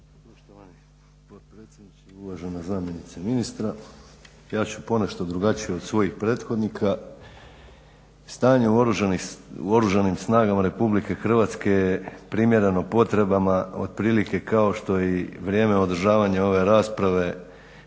uvažena zamjenice ministrica. Ja ću ponešto drugačije od svojih prethodnika. Stanje u oružanim snagama RH je primjereno potrebama otprilike kao što i vrijeme održavanje ove rasprave